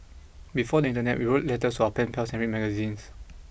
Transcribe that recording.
before the Internet we wrote letters to our pen pals and read magazines